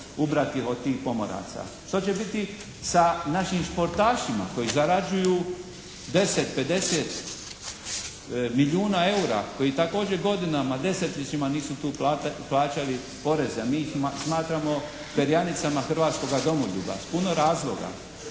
ubrati od tih pomoraca. Što će biti sa našim športašima koji zarađuju 10, 50 milijuna eura, koji također godinama, desetljećima nisu tu plaćali poreze, a mi ih smatramo perjanicama hrvatskoga domoljuba s puno razloga.